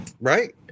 right